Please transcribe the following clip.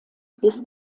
bis